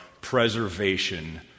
preservation